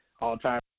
all-time